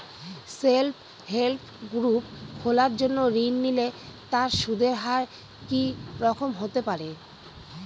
Self help group খোলার জন্য ঋণ নিলে তার সুদের হার কি রকম হতে পারে?